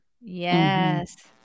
Yes